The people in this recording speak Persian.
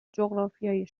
جغرافیای